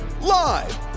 live